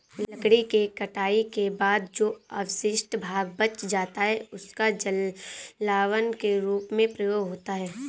लकड़ी के कटाई के बाद जो अवशिष्ट भाग बच जाता है, उसका जलावन के रूप में प्रयोग होता है